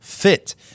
fit